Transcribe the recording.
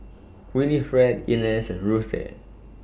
Winifred Inez and Ruthe